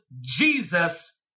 Jesus